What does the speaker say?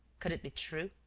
could it be true?